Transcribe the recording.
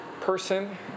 person